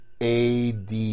AD